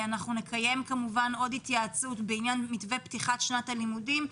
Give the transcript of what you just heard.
אנחנו נקיים עוד התייעצות בעניין מתווה פתיחת שנת הלימודים,